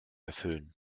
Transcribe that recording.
erfüllen